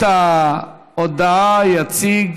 את ההודעה יציג